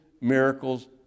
miracles